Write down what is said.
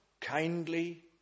kindly